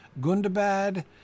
Gundabad